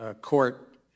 court